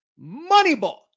Moneyball